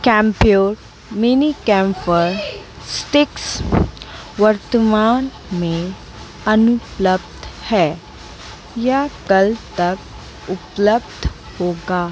Campure mini camphor sticks वर्तमान में अनुपलब्ध है यह कल तक उपलब्ध होगा